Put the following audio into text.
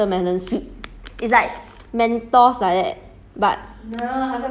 泰国才有现在没有 liao 你要吃吗 cooling watermelon sweet